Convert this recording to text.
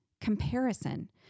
comparison